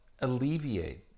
alleviate